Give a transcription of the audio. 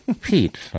Pete